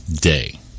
day